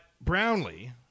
Brownlee